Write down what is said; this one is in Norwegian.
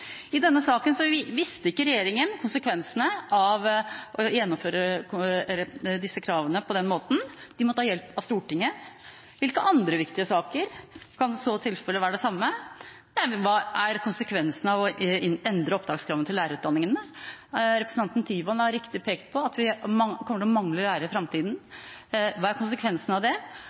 I denne saken visste ikke regjeringen hva konsekvensene var av å gjennomføre disse kravene på denne måten. De måtte ha hjelp fra Stortinget. I hvilke andre viktige saker kan det samme være tilfellet? Hva er konsekvensene av å endre opptakskravene til lærerutdanningene? Representanten Tyvand har helt riktig pekt på at vi kommer til å mangle lærere i framtida. Hva er konsekvensene av det?